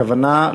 הכוונה,